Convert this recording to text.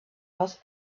was